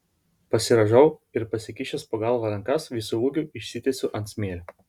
pasirąžau ir pasikišęs po galva rankas visu ūgiu išsitiesiu ant smėlio